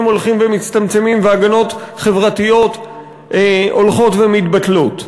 הולכים ומצטמצמים והגנות חברתיות הולכות ומתבטלות.